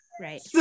Right